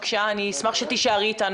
אני רוצה שתשארי איתנו.